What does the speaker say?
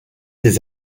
des